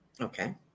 Okay